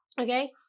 Okay